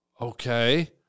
Okay